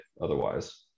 otherwise